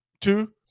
Two